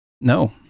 no